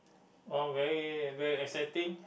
oh very very exciting